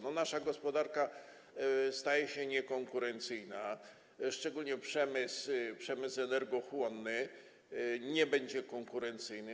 Nasza gospodarka staje się niekonkurencyjna, szczególnie przemysł energochłonny nie będzie konkurencyjny.